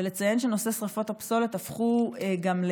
ולציין ששרפות הפסולת הפכו גם,